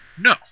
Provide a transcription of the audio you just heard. No